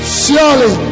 surely